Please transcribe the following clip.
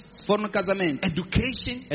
education